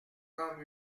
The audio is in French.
comme